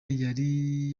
yari